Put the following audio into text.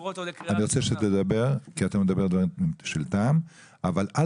אני רוצה שתדבר כי אתה אומר דברי טעם אבל אל